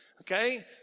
okay